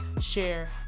share